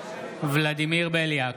ולדימיר בליאק,